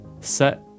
Set